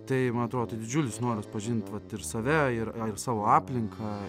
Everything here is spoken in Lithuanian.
tai man atrodo tai didžiulis noras pažint vat ir save ir savo aplinką